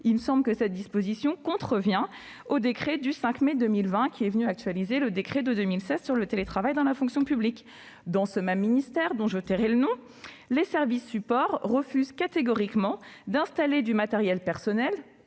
Cela me semble contrevenir au décret du 5 mai 2020, qui est venu actualiser le décret de 2016 sur le télétravail dans la fonction publique. Dans ce même ministère, dont je tairai le nom, les services support refusent catégoriquement d'installer du matériel personnel,